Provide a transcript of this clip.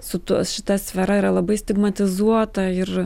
su tuo šita sfera yra labai stigmatizuota ir